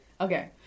okay